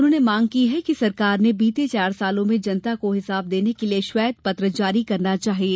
उन्होंने मांग की है कि सरकार ने बीते चार सालों में जनता को हिसाब देने के लिये श्वेत पत्र जारी करना चाहिये